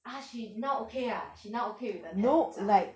ah she now okay ah she now okay with the tats~ ah